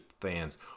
fans